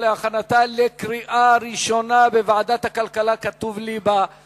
השיתופיות (ועדות קבלה ביישובים קהילתיים בגליל ובנגב),